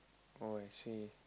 oh actually